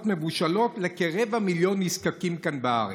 מבושלות לכרבע מיליון נזקקים כאן בארץ.